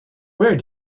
where